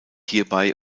hierbei